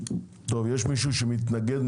יש מישהו שמתנגד?